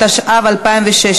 לא עברה.